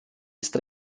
ist